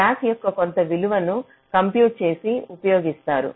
slack యొక్క కొంత విలువను కంప్యూట్ చేసి ఉపయోగిస్తారు